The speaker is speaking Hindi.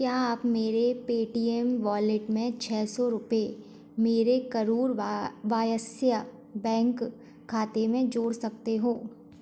क्या आप मेरे पेटीएम वॉलेट में छः सौ रुपये मेरे करूर वायस्या बैंक खाते से जोड़ सकते हो